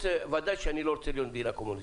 ודאי שאני לא רוצה להיות מדינה קומוניסטית,